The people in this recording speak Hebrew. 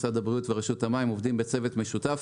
משרד הבריאות ורשות המים עובדים בצוות משותף.